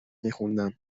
میخوندم